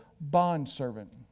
bondservant